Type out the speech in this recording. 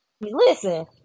listen